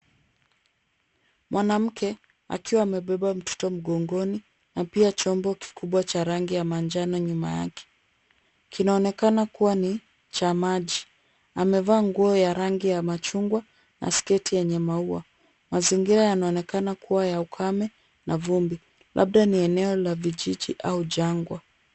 Mwanamke akiwa amebeba mtoto mgongoni na pia chombo kikubwa cha rangi ya manjano nyuma yake. Kinaonekana kuwa ni cha maji, amevaa nguo ya rangi ya machungwa na sketi yenye maua. Mazingira yanaonekana kuwa ya ukame na vumbi, labda ni eneo la vijiji au jangwa.